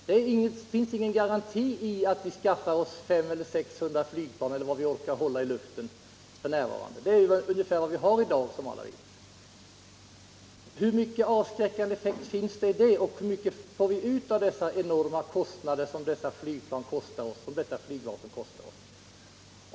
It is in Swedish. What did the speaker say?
Det ligger ingen garanti i att vi skaffar 500 eller 600 flygplan, eller vad vi orkar ha i luften f. n. — det är ungegär vad vi har i dag, som alla vet. Hur mycken avskräckande effekt finns det i detta, hur mycket får vi ut av de enorma summor som detta flygvapen kostar oss?